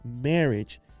marriage